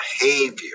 behavior